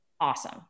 awesome